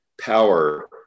power